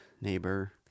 Neighbor